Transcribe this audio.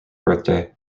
birthday